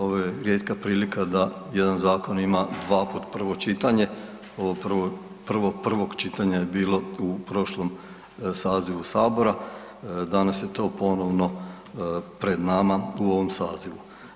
Ovo je rijetka prilika da jedan zakon ima 2 puta prvo čitanje, ovo prvo prvog čitanja je bilo u prošlom sazivu sabora, danas je to ponovno pred nama u ovom sazivu.